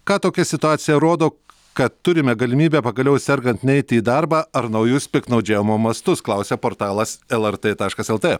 ką tokia situacija rodo kad turime galimybę pagaliau sergant neiti į darbą ar naujus piktnaudžiavimo mastus klausia portalas elertė taškas lt